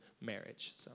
marriage